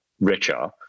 richer